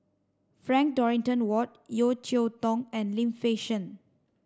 Frank Dorrington Ward Yeo Cheow Tong and Lim Fei Shen